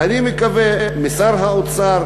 ואני מקווה משר האוצר